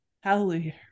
Hallelujah